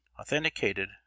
authenticated